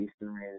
Eastern